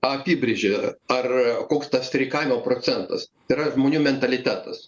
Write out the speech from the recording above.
apibrėžė ar koks tas streikavimo procentas tai yra žmonių mentalitetas